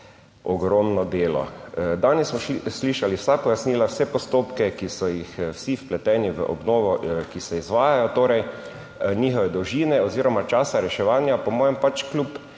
ogromno delo. Danes smo slišali vsa pojasnila, vse postopke, ki so jih vsi vpleteni v obnovo, ki se izvajajo, torej njihove dolžine oziroma časa reševanja po mojem pač kljub